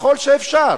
ככל שאפשר,